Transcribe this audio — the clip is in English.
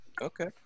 Okay